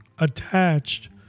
attached